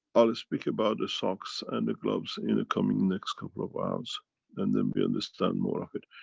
i'll speak about the socks and the gloves in the coming next couple of hours and then we understand more of it.